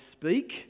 speak